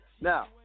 Now